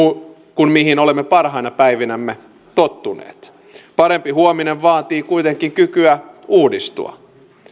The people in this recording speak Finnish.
kuin mihin olemme parhaina päivinämme tottuneet parempi huominen vaatii kuitenkin kykyä uudistua